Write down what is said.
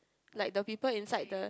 like the people inside the